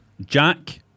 Jack